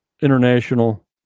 International